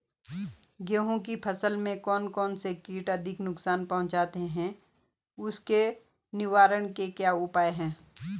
गेहूँ की फसल में कौन कौन से कीट अत्यधिक नुकसान पहुंचाते हैं उसके निवारण के क्या उपाय हैं?